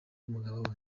y’umugabo